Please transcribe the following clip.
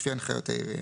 לפני הנחיות העירייה".